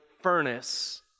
furnace